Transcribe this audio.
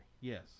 Yes